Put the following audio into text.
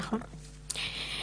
נכון.